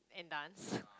and dance